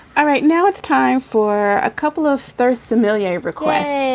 all right, now it's time for a couple of thirith familiar requests